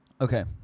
okay